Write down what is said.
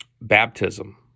baptism